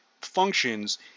functions